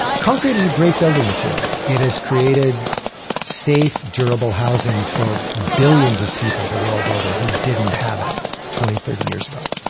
concrete is a great building material. it has created safe, durable housing for billions of people the world over who didn't have it twenty or thirty years ago.